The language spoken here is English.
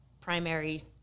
primary